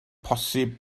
posib